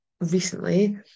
recently